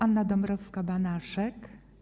Anna Dąbrowska-Banaszek.